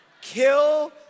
Kill